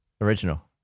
Original